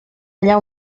allà